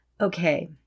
Okay